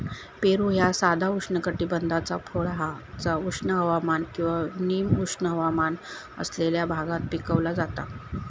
पेरू ह्या साधा उष्णकटिबद्धाचा फळ हा जा उष्ण हवामान किंवा निम उष्ण हवामान असलेल्या भागात पिकवला जाता